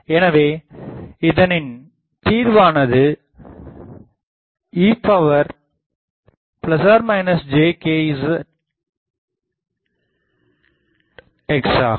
எனவே இதனின் தீர்வானது ejkzz ஆகும்